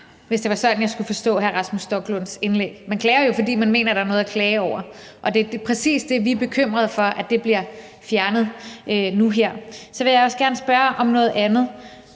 hvis det var sådan, jeg skulle forstå det, hr. Rasmus Stoklund sagde. Man klager jo, fordi man mener, at der er noget at klage over, og det, vi er bekymrede for, er lige præcis, at det bliver fjernet nu. Så vil jeg gerne spørge om noget andet.